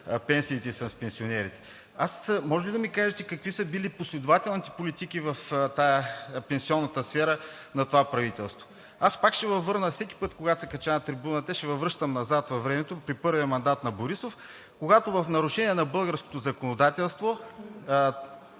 пенсиите и с пенсионерите. Може ли да ми кажете какви са били последователните политики в пенсионната сфера на това правителство? Всеки път, когато се кача на трибуната, ще Ви връщам назад във времето при първия мандат на Борисов, когато в нарушение на българското законодателство